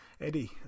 Eddie